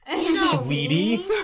sweetie